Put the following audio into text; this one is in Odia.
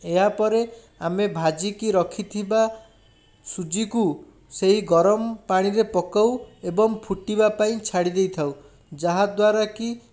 ଏହାପରେ ଆମେ ଭାଜିକି ରଖିଥିବା ସୁଜିକୁ ସେଇ ଗରମ ପାଣିରେ ପକାଉ ଏବଂ ଫୁଟିବା ପାଇଁ ଛାଡ଼ି ଦେଇଥାଉ ଯାହାଦ୍ୱାରା କି